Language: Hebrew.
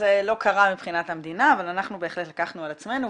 לא קרה מבחינת המדינה אז אנחנו באמת לקחנו על עצמנו,